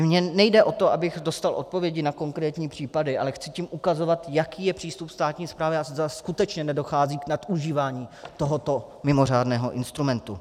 Mně nejde o to, abych dostal odpovědi na konkrétní případy, ale chci tím ukazovat, jaký je přístup státní správy a zda skutečně nedochází k nadužívání tohoto mimořádného instrumentu.